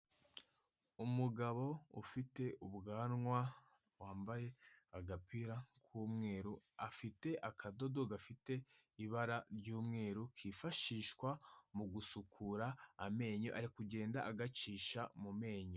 Umugabo ufite ubwanwa, wambaye agapira k'umweru, afite akadodo gafite ibara ry'umweru kifashishwa mu gusukura amenyo, ari kugenda agacisha mu menyo.